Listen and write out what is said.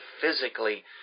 physically